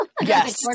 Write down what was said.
yes